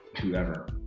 whoever